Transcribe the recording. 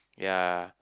ya